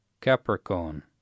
Capricorn